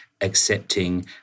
Accepting